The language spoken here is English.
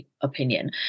opinion